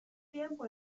tiempo